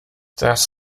das